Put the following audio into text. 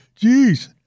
Jeez